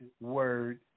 word